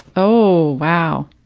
oh, wow.